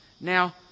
Now